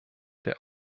der